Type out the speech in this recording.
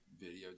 video